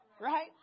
right